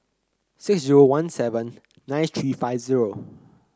six zero one seven nine three five zero